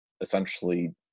essentially